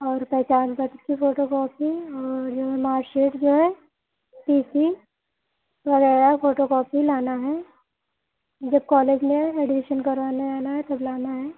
और पहचान पत्र की फोटो कॉपी और मार्क्सशीट जो है टी सी वगैरह फोटो कॉपी लाना है जब कॉलेज में एडमिशन करवाने आना है तब लाना है